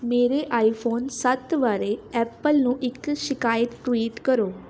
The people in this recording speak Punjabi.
ਮੇਰੇ ਆਈਫੋਨ ਸੱਤ ਬਾਰੇ ਐਪਲ ਨੂੰ ਇੱਕ ਸ਼ਿਕਾਇਤ ਟਵੀਟ ਕਰੋ